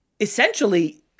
Essentially